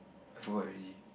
I forgot already